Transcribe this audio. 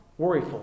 worryful